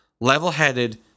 Level-headed